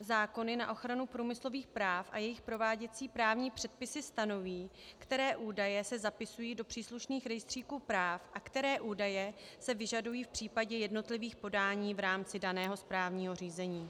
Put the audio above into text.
Zákony na ochranu průmyslových práv a jejich prováděcí právní předpisy stanoví, které údaje se zapisují do příslušných rejstříků práv a které údaje se vyžadují v případě jednotlivých podání v rámci daného právního řízení.